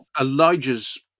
Elijah's